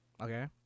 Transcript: Okay